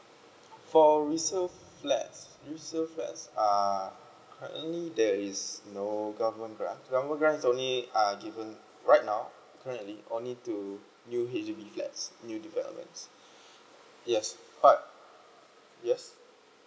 for resale flats resale flats uh currently there is no government grant government grant is only uh given right now currently only to new H_D_B flats new development yes but yes